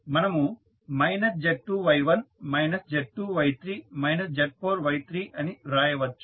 మనము minus Z2Y1 minus Z2Y3 minus Z4Y3 అని రాయవచ్చు